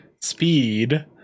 Speed